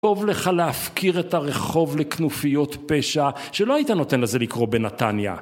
קוב לך להפקיר את הרחוב לכנופיות פשע שלא היית נותן לזה לקרוא בנתניה